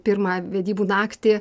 pirmą vedybų naktį